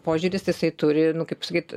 požiūris jisai turi kaip pasakyt